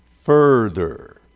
further